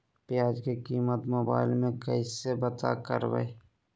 प्याज की कीमत मोबाइल में कैसे पता करबै?